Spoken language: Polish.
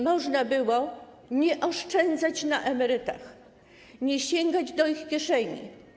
Można było nie oszczędzać na emerytach, nie sięgać do ich kieszeni.